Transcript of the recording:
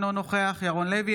אינו נוכח ירון לוי,